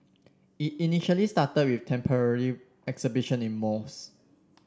it initially started with temporary exhibitions in malls